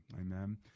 Amen